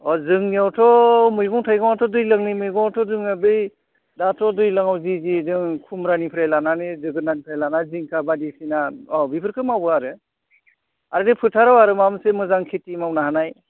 अ जोंनियावथ' मैगं थाइगङाथ' दैज्लांनि मैगङाथ' जोङो बै दाथ' दैज्लाङाव जि जि जों खुमब्रानिफ्राय लानानै जोगोनारनिफ्राय लानानै जिंखा बायदिसिना अ बेफोरखौ मावो आरो आरो बे फोथाराव आरो माबा मोनसे मोजां खेति मावनो हानाय